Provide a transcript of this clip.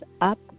up